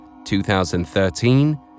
2013